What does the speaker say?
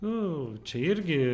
nu čia irgi